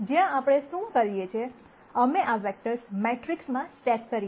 જ્યાં આપણે શું કરીએ છીએ અમે આ વેક્ટર્સ મેટ્રિક્સમાં સ્ટેક કરીયે છે